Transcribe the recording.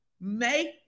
make